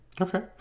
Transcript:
okay